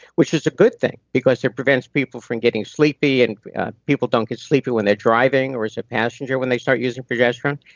which is a good thing because it prevents people from getting sleepy, and people don't get sleepy when they're driving or as a passenger when they start using progesterone.